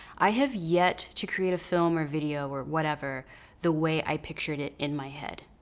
i have yet to create a film, or video, or whatever the way i pictured it in my head.